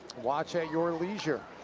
watch at your leisure.